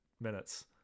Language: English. minutes